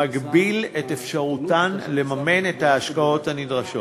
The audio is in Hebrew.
מגביל את אפשרותן לממן את ההשקעות הנדרשות